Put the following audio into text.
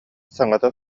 саҥата